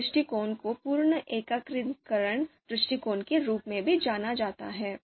इस दृष्टिकोण को पूर्ण एकत्रीकरण दृष्टिकोण के रूप में भी जाना जाता है